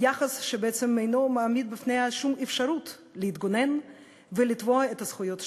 ביחס שבעצם אינו מעמיד בפניה שום אפשרות להתגונן ולתבוע את הזכויות שלה.